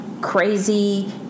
crazy